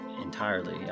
entirely